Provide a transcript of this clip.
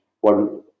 one